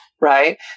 Right